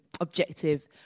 objective